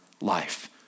life